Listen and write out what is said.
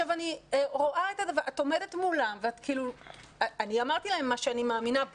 אני אמרתי להם במה שאני מאמינה.